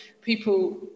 people